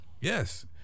Yes